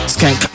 Skank